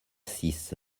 six